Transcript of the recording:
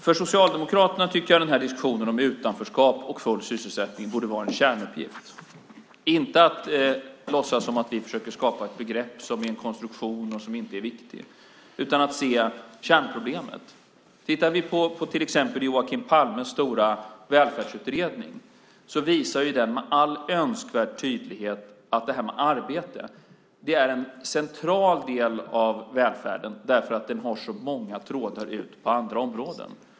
För Socialdemokraterna tycker jag utanförskap och full sysselsättning borde vara en kärnuppgift, inte att låtsas som att vi försöker skapa ett begrepp som är en konstruktion och som inte är viktig utan att se kärnproblemet. Joakim Palmes stora välfärdsutredning visar med all önskvärd tydlighet att det här med arbete är en central del av välfärden därför att den har så många trådar ut på andra områden.